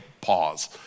pause